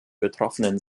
betroffenen